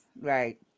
Right